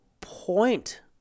point